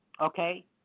okay